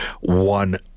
one